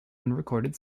unrecorded